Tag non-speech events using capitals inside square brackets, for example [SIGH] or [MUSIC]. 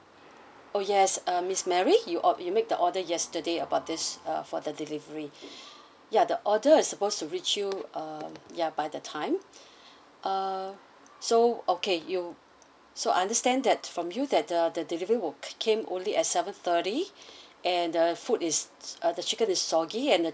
oh yes uh miss mary you or~ you make the order yesterday about this uh for the delivery [BREATH] ya the order is supposed to reach you err ya by the time [BREATH] uh so okay you so I understand that from you that the the delivery were came only at seven thirty [BREATH] and the food is uh the chicken is soggy and uh the